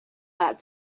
that